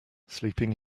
sleeping